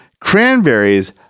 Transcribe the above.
cranberries